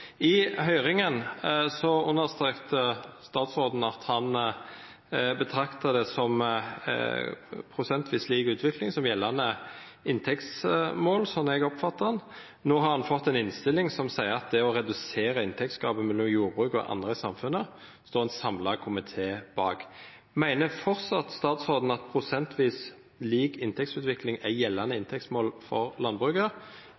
I høyringa understrekte statsråden at han betrakta ei prosentvis lik utvikling som gjeldande inntektsmål, slik eg har oppfatta han. No har han fått ei innstilling som seier at ein samla komité står bak det å redusera inntektsgapet mellom jordbruket og andre. Meiner statsråden fortsatt at prosentvis lik inntektsutvikling er gjeldande inntektsmål for landbruket,